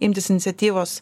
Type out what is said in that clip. imtis iniciatyvos